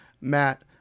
Matt